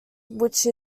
which